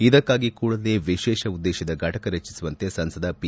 ಇದಕ್ಕಾಗಿ ಕೂಡಲೇ ವಿಶೇಷ ಉದ್ದೇಶದ ಫಟಕ ರಚಿಸುವಂತೆ ಸಂಸದ ಪಿ